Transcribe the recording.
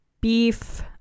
beef